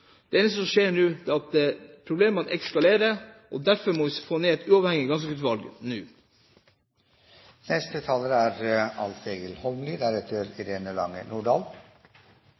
igjen. Det eneste som skjer nå, er dessverre at problemene eskalerer. Derfor må vi få satt ned et uavhengig granskingsutvalg nå. Det er